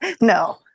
no